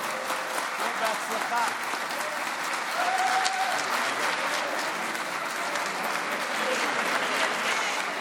אני מודה ליושב-ראש הכנסת העשרים-וארבע חבר הכנסת מיקי